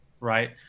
right